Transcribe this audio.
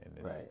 right